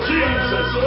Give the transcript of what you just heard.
Jesus